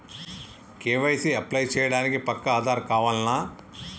KYC apply చేయనీకి పక్కా ఆధార్ కావాల్నా?